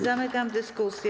Zamykam dyskusję.